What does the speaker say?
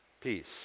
peace